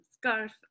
scarf